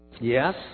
yes